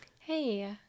Hey